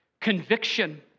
conviction